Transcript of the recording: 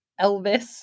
Elvis